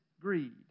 greed